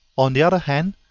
on the other hand,